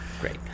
Great